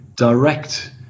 direct